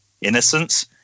Innocence